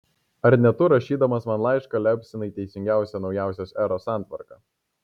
ar ne tu rašydamas man laišką liaupsinai teisingiausią naujosios eros santvarką